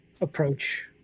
approach